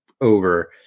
over